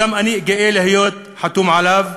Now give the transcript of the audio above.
ואני גאה להיות חתום עליו,